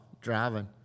driving